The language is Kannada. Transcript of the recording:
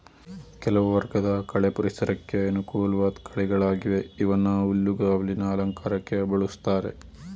ಕೆಲವು ವರ್ಗದ ಕಳೆ ಪರಿಸರಕ್ಕೆ ಅನುಕೂಲ್ವಾಧ್ ಕಳೆಗಳಾಗಿವೆ ಇವನ್ನ ಹುಲ್ಲುಗಾವಲಿನ ಅಲಂಕಾರಕ್ಕೆ ಬಳುಸ್ತಾರೆ